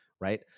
right